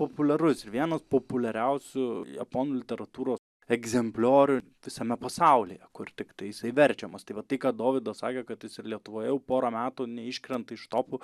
populiarus ir vienas populiariausių japonų literatūros egzempliorių visame pasaulyje kur tiktai jisai verčiamas tai va tai ką dovydas sakė kad jis ir lietuvoje jau porą metų neiškrenta iš topų